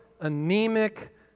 anemic